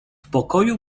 pokoju